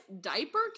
diaper